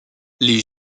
les